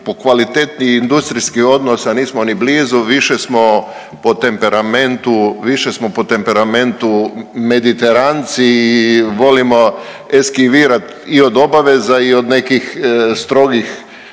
po kvalitetniji industrijskih odnosa nismo ni blizu, više smo po temperamentu, više smo po temperamentu Mediteranci i volimo eskivirat i od obaveza i od nekih strogih